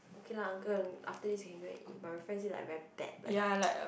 okay lah uncle after this you can go and eat but my friend said like very bad like